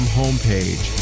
homepage